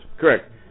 Correct